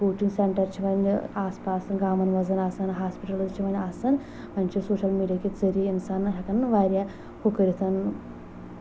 coaching centre چھِ وۄنۍ آس پاس گامَن منٛز آسان ہاسپِٹلز چھِ وۄنۍ آسان وۄنۍ چھ سوشل میٖڈیا کہِ ذریعہِ اِنسانن ہٮ۪کان نہٕ واریاہ ہُہ کٔرِتھ